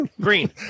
Green